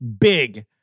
big